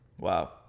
Wow